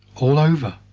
all over!